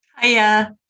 Hiya